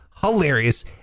hilarious